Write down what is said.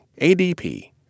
ADP